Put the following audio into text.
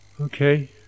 Okay